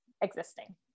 existing